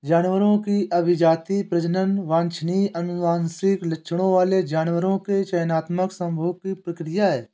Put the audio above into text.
जानवरों की अभिजाती, प्रजनन वांछनीय आनुवंशिक लक्षणों वाले जानवरों के चयनात्मक संभोग की प्रक्रिया है